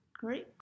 Great